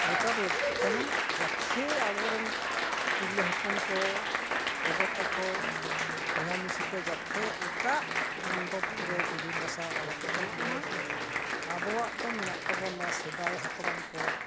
ᱯᱨᱚᱪᱟᱨ ᱞᱟᱹᱠᱛᱤᱜ ᱠᱟᱱᱟ ᱡᱟᱛᱷᱮ ᱟᱵᱚᱨᱮᱱ ᱛᱤᱨᱞᱟᱹ ᱦᱚᱯᱚᱱ ᱠᱚ ᱜᱚᱜᱚ ᱛᱟᱠᱚ ᱵᱚᱭᱦᱟ ᱢᱤᱥᱤ ᱠᱚ ᱡᱟᱛᱮ ᱮᱴᱟᱜ ᱢᱚᱱᱰᱚᱯ ᱨᱮ ᱯᱩᱡᱟᱹ ᱯᱟᱥᱟ ᱟᱞᱚ ᱠᱚ ᱪᱟᱞᱟᱜ ᱢᱟ ᱟᱵᱚᱣᱟᱜ ᱛᱚ ᱢᱮᱱᱟᱜ ᱛᱟᱵᱚᱱᱟ ᱚᱱᱟ ᱥᱮᱫᱟᱭ ᱦᱟᱯᱲᱟᱢ ᱠᱚ